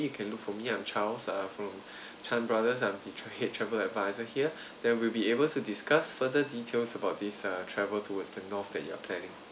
you can look for me I'm charles uh from chan brothers I'm the tra~ head travel advisor here then we'll be able to discuss further details about this uh travel towards the north that you are planning